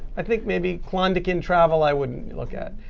i think maybe clondalkin travel i wouldn't look at.